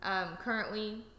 Currently